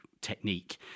technique